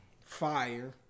Fire